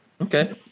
Okay